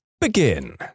Begin